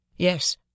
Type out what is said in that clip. Yes